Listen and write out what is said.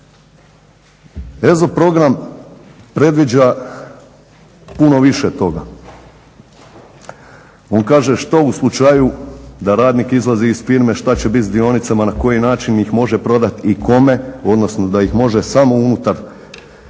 EZO program predviđa puno više toga. On kaže što u slučaju da radnik izlazi iz firme šta će biti sa dionicama, na koji način ih može prodati i kome, odnosno da ih može samo unutar